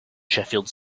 sheffield